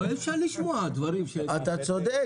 אבל אי אפשר לשמוע דברים --- אתה צודק.